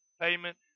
payment